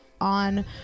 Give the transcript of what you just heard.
on